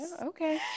Okay